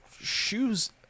shoes